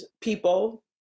people